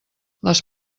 les